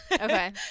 Okay